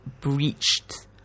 breached